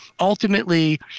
Ultimately